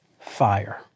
fire